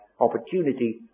opportunity